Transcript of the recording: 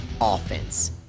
Offense